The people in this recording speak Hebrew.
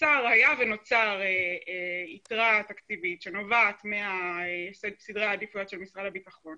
היה ונוצרה יתרה תקציבית שנובעת מסדרי העדיפויות של משרד הביטחון